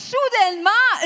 Soudainement